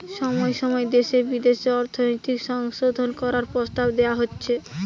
সময় সময় দেশে বিদেশে অর্থনৈতিক সংশোধন করার প্রস্তাব দেওয়া হচ্ছে